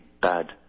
bad